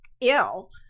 ill